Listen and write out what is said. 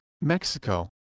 Mexico